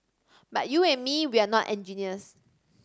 but you and me we're not engineers